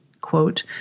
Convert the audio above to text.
quote